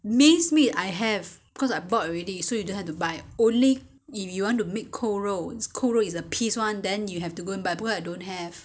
mince meat I have cause I bought already so you don't have to buy only if you want to make 扣肉扣肉 is a piece [one] then you have to go and buy 不然 I don't have